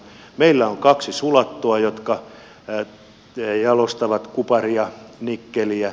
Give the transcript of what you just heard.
meillä on kaksi sulattoa jotka jalostavat kuparia nikkeliä